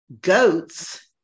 goats